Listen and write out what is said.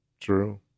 True